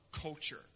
culture